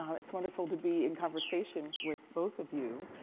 um it's wonderful to be in conversation with both of you.